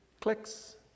clicks